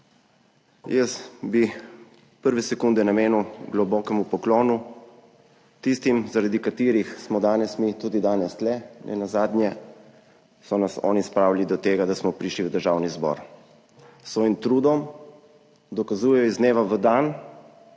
Jaz bi prve sekunde namenil globokemu poklonu tistim, zaradi katerih smo danes mi tudi danes tu, nenazadnje so nas oni spravili do tega, da smo prišli v Državni zbor. S svojim trudom dokazujejo iz dneva v dan,